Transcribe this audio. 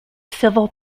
civil